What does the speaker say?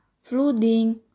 flooding